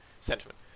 sentiment